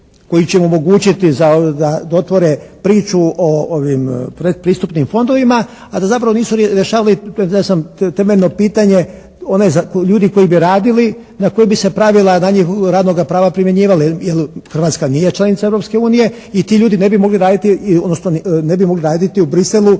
koji će omogućiti da otvore priču o ovim predpristupnim fondovima, a da zapravo nisu rješavali ne znam temeljno pitanje one za ljudi koji bi radili, na koje bi se pravila na njih radnoga prava primjenjivali, jer Hrvatska nije članica Europske unije i ti ljudi ne bi mogli raditi, odnosno